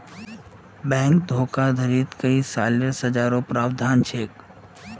bank धोखाधडीत कई सालेर सज़ारो प्रावधान छेक